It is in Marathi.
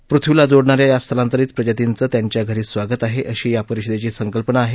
पृथ्वीला जोडणाऱ्या या स्थलांतरीत प्रजातीचं त्यांच्या घरी स्वागत आहे अशी परिषदेची संकल्पना आहे